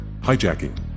Hijacking